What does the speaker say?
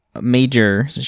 major